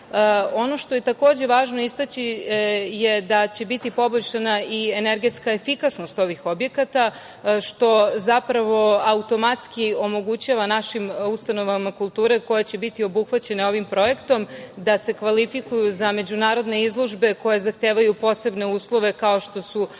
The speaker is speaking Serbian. što je važno istaći je da će biti poboljšana i energetska efikasnost ovih objekata, što automatski omogućava našim ustanovama kulture koje biti obuhvaćene ovim projektom da se kvalifikuju za međunarodne izložbe koje zahtevaju posebne uslove, kao što su